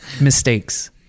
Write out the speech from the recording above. mistakes